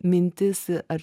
mintis ar